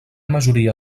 majoria